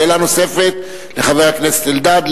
שאלה נוספת לחבר הכנסת אלדד,